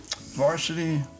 varsity